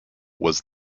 was